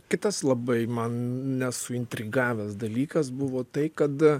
kitas labai mane suintrigavęs dalykas buvo tai kada